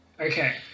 Okay